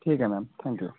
ठीक है ma'am thank you